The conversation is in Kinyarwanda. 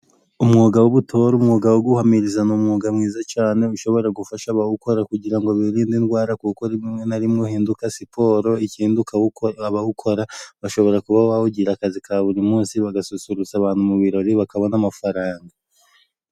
Umwuga w'ubutore, umwuga wo guhamiriza ni umwuga mwiza cyane, ushobora gufasha abawukora kugira ngo birinde indwara, kuko rimwe na rimwe uhinduka siporo. Ikindi ukaba uko abawukora bashobora kuba bawugira akazi ka buri munsi, bagasusurutsa abantu mu birori bakabona amafaranga.